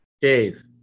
Dave